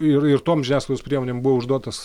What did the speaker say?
ir ir tom žiniasklaidos priemonėm buvo užduotas